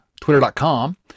twitter.com